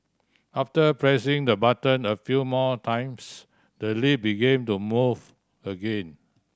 after pressing the button a few more times the lift began moving again